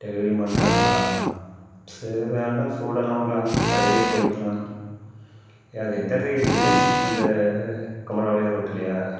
டெலிவரியும் பண்ணுறாங்களா சரி வேண்டாம் சூடாக நாம் அங்கே கடைக்கே போய்க்கலாம் அது எந்த எடத்தில இருக்கு அந்த குமராபாளயம் ரோட்லேயா